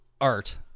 art